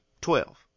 twelve